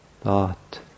thought